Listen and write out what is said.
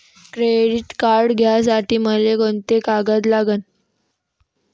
Credit card घ्यासाठी मले कोंते कागद लागन?